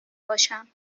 باشم